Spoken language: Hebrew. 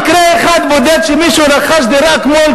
מקרה אחד בודד שמישהו רכש דירה כמו,